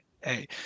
hey